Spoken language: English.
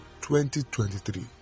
2023